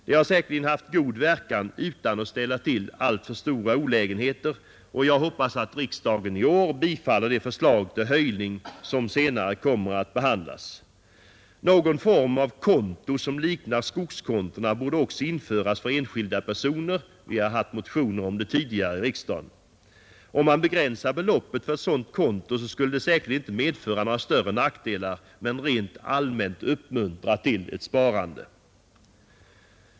Det har säkerligen haft god verkan utan att medföra alltför stora olägenheter, och jag hoppas att riksdagen i år bifaller det förslag till höjning som senare kommer att behandlas. Någon form av konto som liknar skogskontona borde också införas för enskilda personer. Vi har tidigare haft motion om det. Om man begränsar beloppet för ett sådant konto skulle det säkerligen inte medföra några större nackdelar men rent allmänt uppmuntra till sparande.